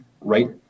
right